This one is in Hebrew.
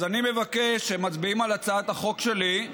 אז אני מבקש, כשמצביעים על הצעת החוק שלי,